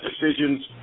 decisions